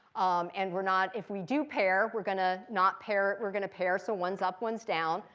and we're not if we do pair we're going to not pair we're going to pair. so one's up, one's down.